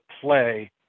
play